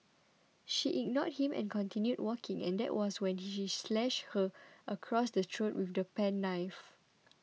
she ignored him and continued walking and that was when he slashed her across the throat with the penknife